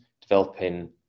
developing